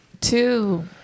two